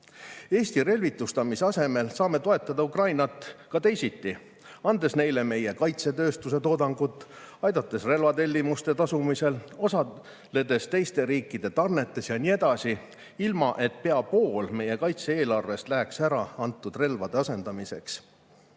Eesti relvitustamise asemel saame toetada Ukrainat ka teisiti, andes neile meie kaitsetööstuse toodangut, aidates relvatellimuste tasumisel, osaledes teiste riikide tarnetes ja nii edasi, ilma et pea pool meie kaitse-eelarvest läheks ära antud relvade